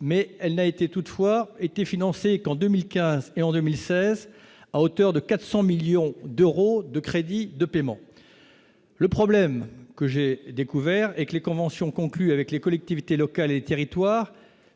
mais elle n'a été toutefois été financés qu'en 2015 et en 2016 à hauteur de 400 millions d'euros de crédits de paiement, le problème que j'ai découvert avec les conventions conclues avec les collectivités locales et territoire